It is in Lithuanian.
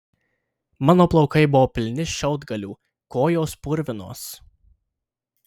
mano plaukai buvo pilni šiaudgalių kojos purvinos